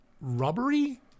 rubbery